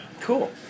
Cool